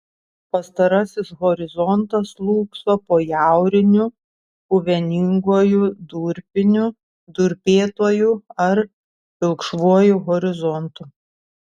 pastarasis horizontas slūgso po jauriniu puveninguoju durpiniu durpėtuoju ar pilkšvuoju horizontu